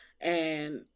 and-